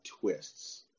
twists